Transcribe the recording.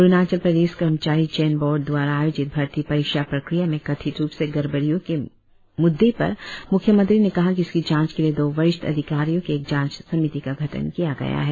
अरुणाचल प्रदेश कर्मचारी चयन बोर्ड द्वारा आयोजित भर्ती परीक्षा प्रक्रिया में कथित रुप से गड़बड़ियों के मुद्दे पर म्ख्यमंत्री ने कहा कि इसकी जांच के लिए दो वरिष्ठ अधिकारियों की एक जांच समिति का गठन किया गया है